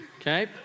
Okay